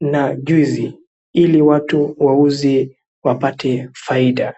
na juisi, ili watu wauze wapate faida.